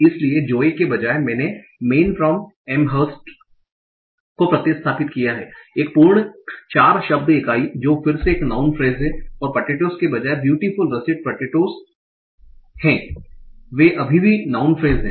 इसलिए जोए के बजाय मैंने मैन फ्राम एमहर्स्ट को प्रतिस्थापित किया है एक पूर्ण 4 शब्द इकाई जो फिर से एक नाउँन फ्रेस है और पॅटेटोस के बजाय ब्यूटीफुल रसिट पॅटेटोस हैं वे अभी भी नाउँन फ्रेस हैं